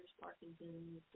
Parkinson's